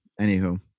Anywho